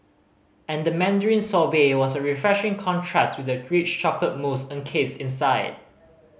and the mandarin sorbet was a refreshing contrast with the rich chocolate mousse encased inside